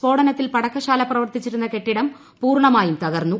സ് ഫോടനത്തിൽ പടക്കശാല പ്രവർത്തിച്ചിരുന്ന കെട്ടിടം പൂർണ്ണമായും തകർന്നു